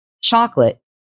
chocolate